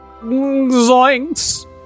Zoinks